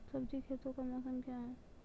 सब्जी खेती का मौसम क्या हैं?